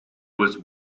was